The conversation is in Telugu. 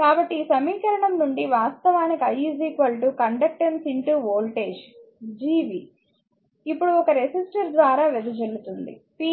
కాబట్టి ఈ సమీకరణం నుండి వాస్తవానికి i కండక్టెన్స్ వోల్టేజ్ Gv ఇప్పుడు ఒక రెసిస్టర్ ద్వారా వెదజల్లుతుంది p